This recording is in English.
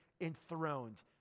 enthroned